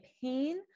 pain